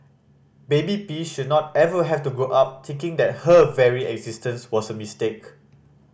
baby P should not ever have to grow up thinking that her very existence was a mistake